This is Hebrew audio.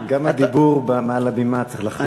גם הדיבור מעל הבימה צריך לחלוף,